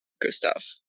Gustav